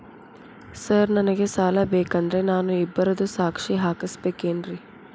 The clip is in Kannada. ಸರ್ ನನಗೆ ಸಾಲ ಬೇಕಂದ್ರೆ ನಾನು ಇಬ್ಬರದು ಸಾಕ್ಷಿ ಹಾಕಸಬೇಕೇನ್ರಿ?